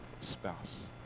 spouse